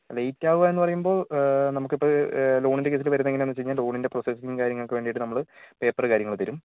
late ആവുക എന്നു പറയുമ്പോൾ നമ്മൾക്ക് ഇപ്പോൾ ലോണിൻ്റെ കേസിൽ വരുന്നത് എങ്ങനെയാണെന്ന് വച്ച് കഴിഞ്ഞാൽ ലോണിൻ്റെ പ്രൊസസ്സും കാര്യങ്ങൾക്കും വേണ്ടിയിട്ട് നമ്മൾ പേപ്പറ് കാര്യങ്ങൾ തരും